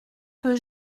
que